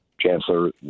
chancellor